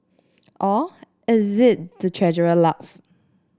or is it the Treasurer lucks